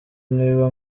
nibiba